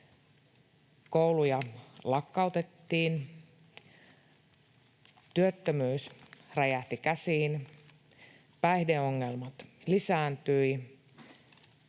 kouluja lakkautettiin, työttömyys räjähti käsiin, päihdeongelmat lisääntyivät,